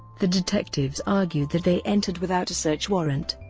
the detectives argued that they entered without a search warrant,